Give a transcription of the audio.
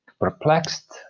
perplexed